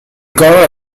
colore